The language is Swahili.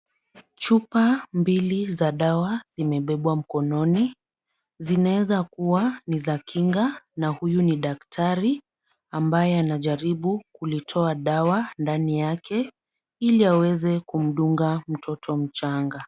Chupa mbili za dawa zimebebwa mkononi, zinaeza kuwa ni za kinga, na huyu ni daktari ambaye anajaribu kulitoa dawa ndani yake, ili aweze kumdunga mtoto mchanga.